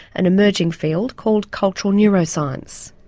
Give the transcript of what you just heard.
an emerging field called cultural neuroscience.